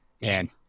man